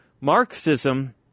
Marxism